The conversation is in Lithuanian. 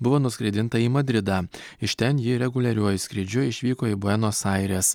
buvo nuskraidinta į madridą iš ten ji reguliariuoju skrydžiu išvyko į buenos aires